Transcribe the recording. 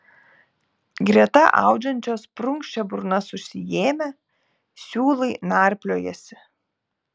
greta audžiančios prunkščia burnas užsiėmę siūlai narpliojasi